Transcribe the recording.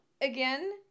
Again